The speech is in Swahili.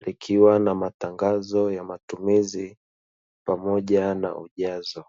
likiwa na matangazo ya matumizi pamoja na ujazo.